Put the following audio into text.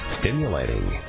stimulating